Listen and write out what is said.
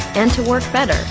and to work better,